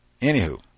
Anywho